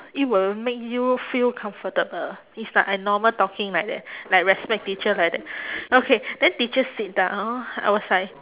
it will make you feel comfortable is like I normal talking like that like respect teacher like that okay then teacher sit down I was like